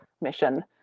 mission